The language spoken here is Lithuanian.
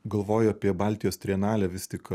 galvoju apie baltijos trienalę vis tik